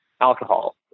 alcohol